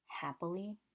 happily